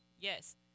yes